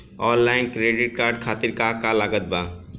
Online credit card खातिर का का लागत बा?